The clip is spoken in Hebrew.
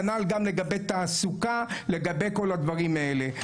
כנ"ל גם לגבי תעסוקה, לגבי כל הדברים האלה.